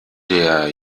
der